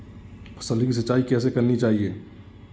फसल की सिंचाई कैसे करनी चाहिए?